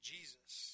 Jesus